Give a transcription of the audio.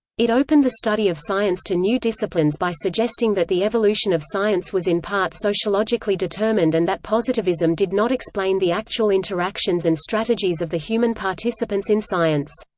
it opened the study of science to new disciplines by suggesting that the evolution of science was in part sociologically determined and that positivism did not explain the actual interactions and strategies of the human participants in science.